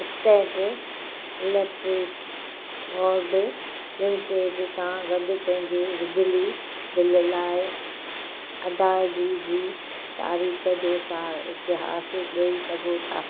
state electric board limited सां गॾु पंहिंजे बिजली बिल लाइ अदाइगी जी तारीख़ जो सा इतिहासु ॾई सघो था